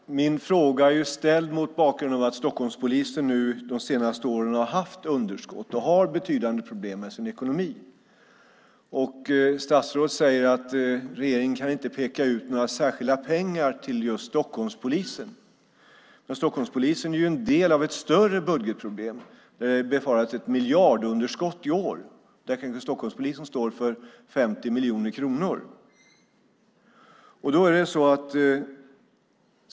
Fru talman! Min fråga är ställd mot bakgrund av att Stockholmspolisen under de senaste åren haft budgetunderskott och har betydande problem med sin ekonomi. Statsrådet säger att regeringen inte kan peka ut några särskilda pengar till just Stockholmspolisen. Men Stockholmspolisen är en del av ett större budgetproblem. Ett miljardunderskott i år befaras. Kanske står Stockholmspolisen för 50 miljoner kronor av det underskottet.